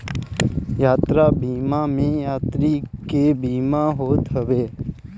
यात्रा बीमा में यात्री के बीमा होत हवे